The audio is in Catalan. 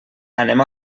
anem